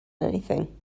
anything